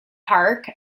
park